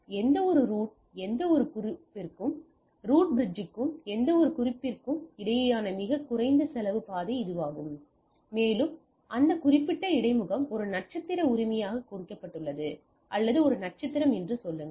எனவே எந்தவொரு ரூட் எந்தவொரு குறிப்பிற்கும் ரூட் பிரிட்ஜுக்கு எந்தவொரு குறிப்பிற்கும் இடையேயான மிகக் குறைந்த செலவு பாதை இதுவாகும் மேலும் அந்த குறிப்பிட்ட இடைமுகம் ஒரு நட்சத்திர உரிமையாகக் குறிக்கப்பட்டுள்ளது அல்லது ஒரு நட்சத்திரம் என்று சொல்லுங்கள்